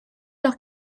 leur